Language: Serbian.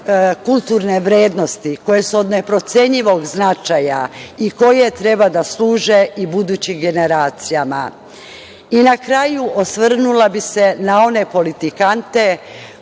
kulturne vrednosti koje su od neprocenjivog značaja i koje treba da služe budućim generacijama. Na kraju bih se osvrnula na one politikante,